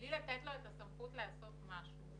בלי לתת לו את הסמכות לעשות משהו.